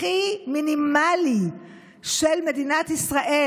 הכי מינימלי של מדינת ישראל,